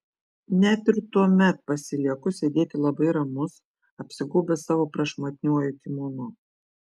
net ir tuomet pasilieku sėdėti labai ramus apsigaubęs savo prašmatniuoju kimono